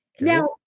Now